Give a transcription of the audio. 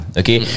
okay